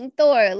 Thor